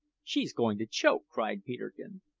she's going to choke, cried peterkin.